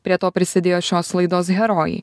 prie to prisidėjo šios laidos herojai